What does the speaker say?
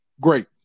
Great